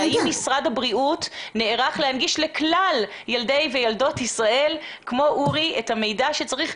האם משרד הבריאות נערך להנגיש לכלל ילדי וילדות ישראל את המידע שצריך,